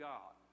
God